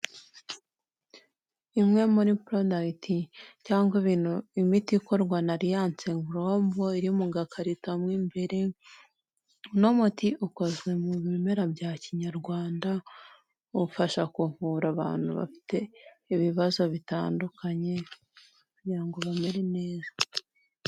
Imwe muri porodagiti cyangwa imiti ikorwa na ariyanse gorombo iri mu gakarito mu imbere. Uno muti ukozwe mu bimera bya kinyarwanda, ufasha kuvura abantu bafite ibibazo bitandukanye kugira ngo bamere neza.